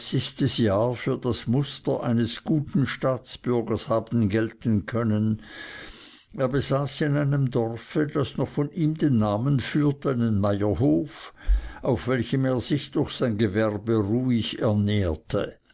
jahr für das muster eines guten staatsbürgers haben gelten können er besaß in einem dorfe das noch von ihm den namen führt einen meierhof auf welchem er sich durch sein gewerbe ruhig ernährte